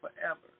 forever